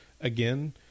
again